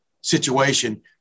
situation